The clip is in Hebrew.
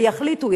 ויחליטו,